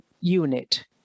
unit